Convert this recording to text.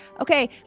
Okay